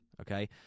okay